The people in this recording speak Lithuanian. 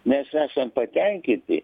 mes esam patenkinti